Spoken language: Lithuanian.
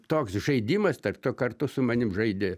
toks žaidimas tarp to kartu su manim žaidė